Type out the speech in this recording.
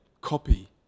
copy